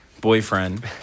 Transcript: boyfriend